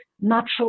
natural